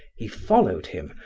he followed him,